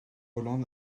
hollande